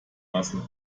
lassen